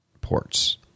ports